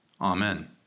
Amen